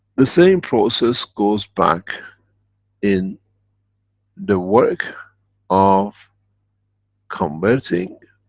the same process goes back in the work of converting